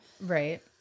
Right